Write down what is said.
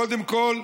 קודם כול,